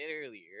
earlier